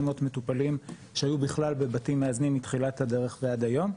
מטופלים שהיו בכלל בבתים מאזנים מתחילת הדרך ועד היום,